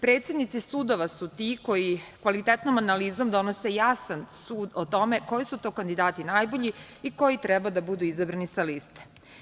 Predsednici sudova su ti koji kvalitetnom analizom donose jasan sud o tome koji su to kandidati najbolji i koji treba da budu izabrani sa liste.